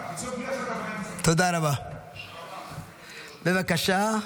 סולומון: בבקשה,